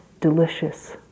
delicious